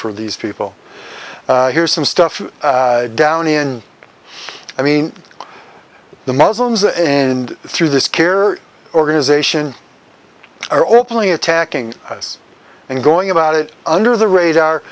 for these people here's some stuff down in i mean the muslims and through this care organization are openly attacking us and going about it under the radar